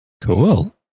Cool